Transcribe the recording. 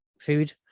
food